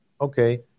okay